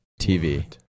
TV